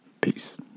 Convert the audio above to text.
Peace